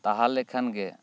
ᱛᱟᱦᱚᱞᱮ ᱠᱷᱟᱱ ᱜᱮ